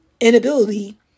inability